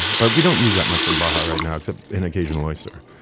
but we don't use that much from baja right now except an occasional oyster.